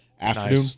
Afternoon